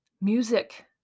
music